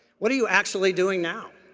what are you actually doing now.